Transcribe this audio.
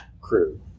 crew